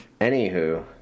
Anywho